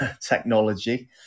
technology